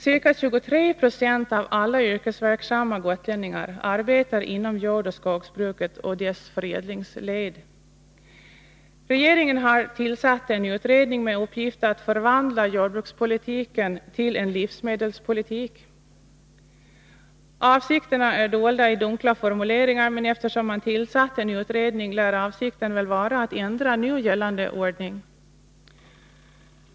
Ca 23 20 av alla yrkesverksamma gotlänningar arbetar inom jordoch skogsbruket och dess förädlingsled. Regeringen har tillsatt en utredning med uppgift att förvandla jordbrukspolitiken till en ”livsmedelspolitik”. Avsikterna är dolda i dunkla formuleringar, men eftersom man tillsatt en utredning lär avsikten vara att ändra nu gällande ordning.